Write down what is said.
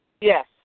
Yes